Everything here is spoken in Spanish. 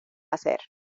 hacer